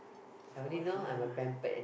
of course lah